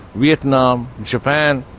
vietnam, japan,